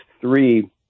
three